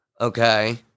Okay